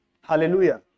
Hallelujah